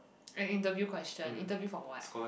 and interview question interview for what